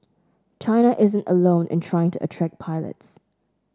China isn't alone in trying to attract pilots